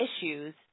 issues